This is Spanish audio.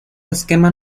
esquema